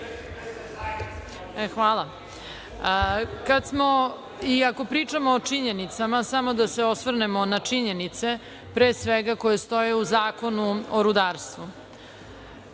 Hvala. Ako pričamo o činjenicama, samo da se osvrnemo na činjenice, pre svega, koje stoje u Zakonu o rudarstvu.